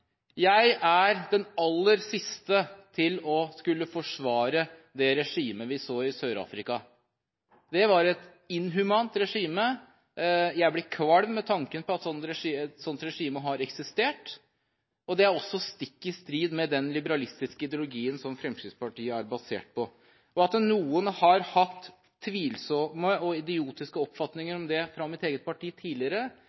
Jeg er den aller siste til å skulle forsvare det regimet vi så i Sør-Afrika. Det var et inhumant regime. Jeg blir kvalm ved tanken på at et sånt regime har eksistert. Det er også stikk i strid med den liberalistiske ideologien som Fremskrittspartiet er basert på. At noen har hatt tvilsomme og idiotiske oppfatninger